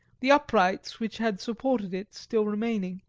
the uprights which had supported it still remaining.